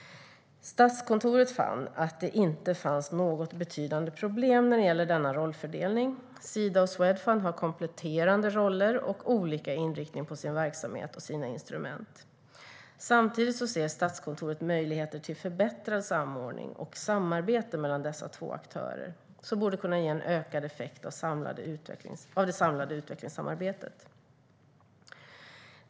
Statskontoret fann att det inte fanns något betydande problem när det gäller denna rollfördelning. Sida och Swedfund har kompletterande roller och olika inriktning på sina verksamheter och instrument. Samtidigt ser Statskontoret möjligheter till förbättrad samordning och samarbete mellan dessa två aktörer som borde kunna ge en ökad effekt av det samlade utvecklingssamarbetet.